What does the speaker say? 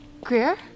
Greer